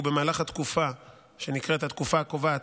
במהלך התקופה שנקראת "התקופה הקובעת",